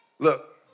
Look